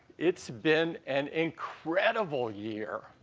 it's been an incredible year.